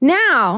now